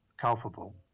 culpable